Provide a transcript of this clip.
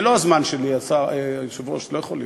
זה לא הזמן שלי, היושב-ראש, לא יכול להיות.